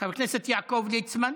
חבר הכנסת יעקב ליצמן,